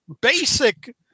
basic –